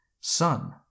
Son